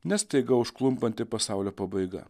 ne staiga užklumpanti pasaulio pabaiga